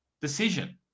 Decision